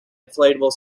inflatable